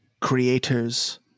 creator's